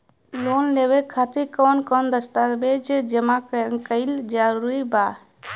Loan लेवे खातिर कवन कवन दस्तावेज जमा कइल जरूरी बा?